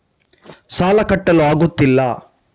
ಸಾಲ ಕಟ್ಟಲು ಆಗುತ್ತಿಲ್ಲ